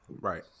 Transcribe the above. Right